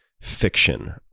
fiction